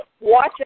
Watch